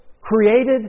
created